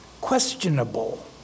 questionable